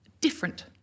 different